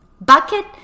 bucket